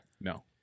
no